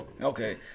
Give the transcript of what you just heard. Okay